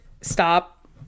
stop